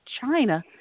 China